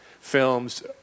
films